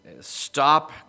stop